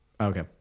Okay